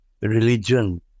religion